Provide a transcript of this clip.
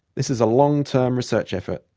this is a long-term research effort,